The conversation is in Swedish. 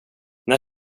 när